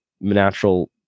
natural